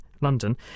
London